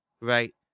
right